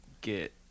get